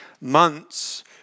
months